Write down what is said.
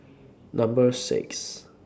Number six